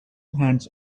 hands